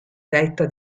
vetta